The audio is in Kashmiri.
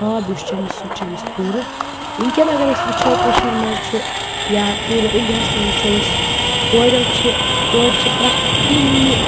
خواب یُس چھُ أمِس سُہ تہِ چھُ أمِس پوٗرٕ وُنکٮ۪ن اگر أسۍ وٕچھُو کٔشیٖرِ منٛز چھُ یا پوٗرٕ اِنڈیا ہس منٛز وٕچھُو أسۍ کوریٚو چھِ کورِ چھِ پرٮ۪تھ کُنہِ